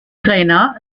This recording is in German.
trainer